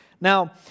Now